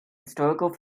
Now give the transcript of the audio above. historical